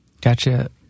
Gotcha